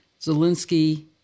Zelensky